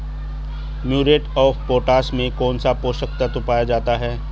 Muriate of potash में कौन सा पोषक तत्व पाया जाता है?